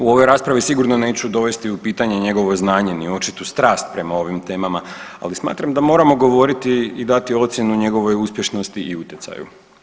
U ovoj raspravi sigurno neću dovesti u pitanje njegovo znanje ni očitu strast prema ovim temama, ali smatram da moramo govoriti i dati ocjenu njegovoj uspješnosti i utjecaju.